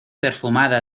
perfumada